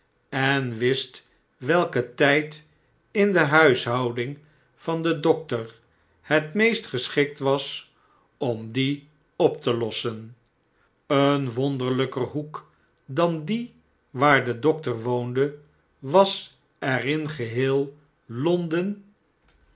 en wist welke tijd in de huishouding van den dokter het meest geschikt was omdieop te lossen een wonderlper hoek dan die waar de dokter woonde was er in geheel l